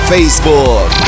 Facebook